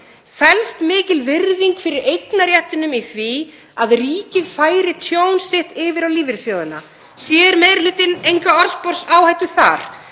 Felst mikil virðing fyrir eignarréttinum í því að ríkið færi tjón sitt yfir á lífeyrissjóðina? Sér meiri hlutinn enga orðsporsáhættu þar?